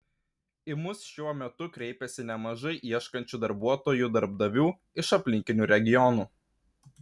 į mus šiuo metu kreipiasi nemažai ieškančių darbuotojų darbdavių iš aplinkinių regionų